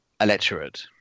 electorate